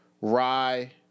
Rye